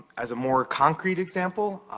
as a more concrete example,